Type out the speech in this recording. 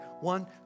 One